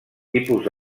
tipus